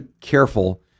careful